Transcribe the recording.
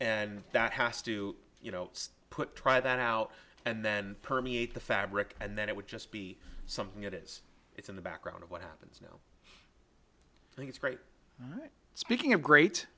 and that has to you know put try that out and then permeate the fabric and then it would just be something it is it's in the background of what happens now i think it's great speaking of great